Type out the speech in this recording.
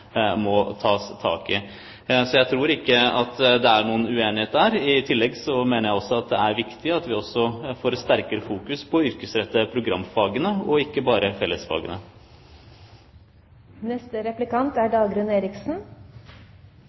tas tak i. Jeg tror ikke det er noen uenighet der. I tillegg mener jeg at det er viktig at vi også får sterkere fokus på å yrkesrette programfagene og ikke bare fellesfagene. Det er